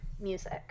music